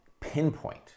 pinpoint